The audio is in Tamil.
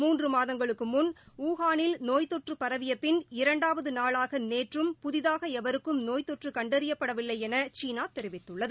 மூன்று மாதங்களுக்கு முன் உஹானில் நோய்த்தொற்று பரவிய பின் இரண்டாவது நாளாக நேற்றும் புதிதாக எவருக்கும் நோய்த்தொற்று கண்டறிபப்படவில்லை என சீனா தெரிவித்துள்ளது